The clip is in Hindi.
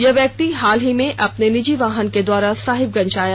यह व्यक्ति हाल ही में अपने निजी वाहन के द्वारा साहिबगंज आया